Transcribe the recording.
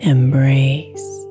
Embrace